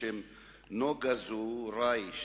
בשם נוגה זוראיש,